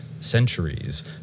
centuries